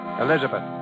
Elizabeth